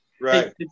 Right